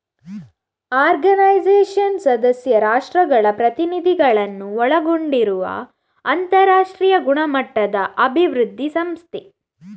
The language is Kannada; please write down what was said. ಆರ್ಗನೈಜೇಷನ್ ಸದಸ್ಯ ರಾಷ್ಟ್ರಗಳ ಪ್ರತಿನಿಧಿಗಳನ್ನ ಒಳಗೊಂಡಿರುವ ಅಂತರಾಷ್ಟ್ರೀಯ ಗುಣಮಟ್ಟದ ಅಭಿವೃದ್ಧಿ ಸಂಸ್ಥೆ